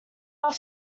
off